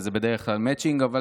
וזה בדרך כלל מצ'ינג.